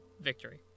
victory